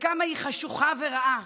וכמה היא חשוכה ורעה,